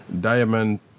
Diamond